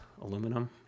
aluminum